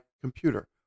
computer